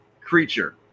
creature